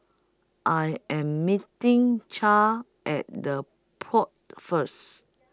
I Am meeting Chadd At The Pod First